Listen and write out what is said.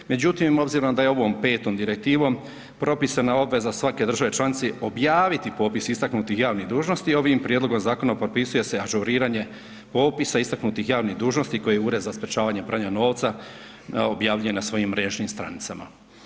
849, međutim obzirom da je ovom petom Direktivom propisana obveza svake države članice objaviti popis istaknutih javnih dužnosti, ovim Prijedlogom Zakona propisuje se ažuriranje opisa istaknutih javnih dužnosti koje Ured za sprječavanje pranja novca objavljuje na svojim mrežnim stranicama.